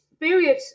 period